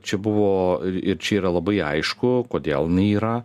čia buvo ir čia yra labai aišku kodėl jinai yra